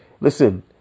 listen